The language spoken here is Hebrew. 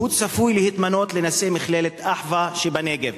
והוא צפוי להתמנות לנשיא מכללת "אחווה" שבנגב,